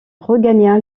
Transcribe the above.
regagna